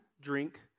drink